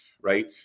right